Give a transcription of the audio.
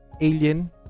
Alien